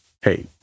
hey